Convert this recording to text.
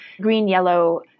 green-yellow